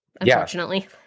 Unfortunately